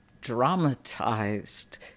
dramatized